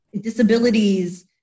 disabilities